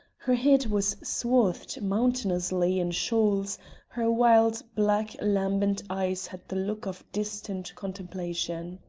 her head was swathed mountainously in shawls her wild, black, lambent eyes had the look of distant contemplation.